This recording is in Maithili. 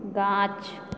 गाछ